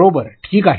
बरोबर ठीक आहे